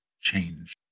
change